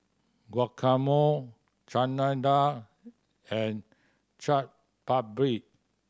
Guacamole Chana Dal and Chaat Papri